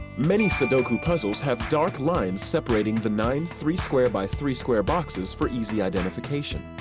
many sudoku puzzles have dark lines separating the nine three-square-by-three-square boxes for easy identification.